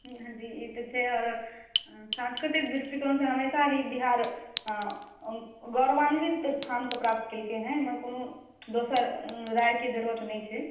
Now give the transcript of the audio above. हँ जी ई तऽ छै आओर सांस्कृतिक दृष्टिकोणसँ हमेशा ही बिहार गौरवान्वित स्थानके प्राप्त केलकै हेँ एहिमे कोनो दोसर रायके जरूरत नहि छै